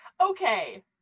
okay